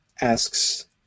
asks